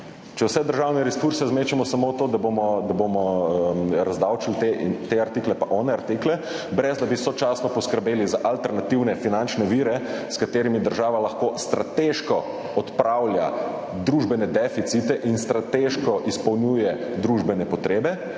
Če vse državne resurse zmečemo samo v to, da bomo razdavčili te artikle pa one artikle, brez da bi sočasno poskrbeli za alternativne finančne vire, s katerimi država lahko strateško odpravlja družbene deficite in strateško izpolnjuje družbene potrebe,